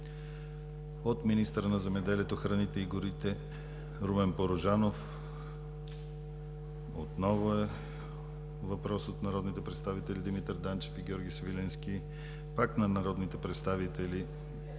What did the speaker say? - министъра на земеделието, храните и горите Румен Порожанов на въпрос от народните представители Димитър Данчев и Георги Свиленски. Пак на народните представители